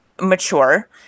mature